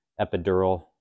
Epidural